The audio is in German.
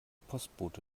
postbote